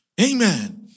Amen